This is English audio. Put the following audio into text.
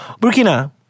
Burkina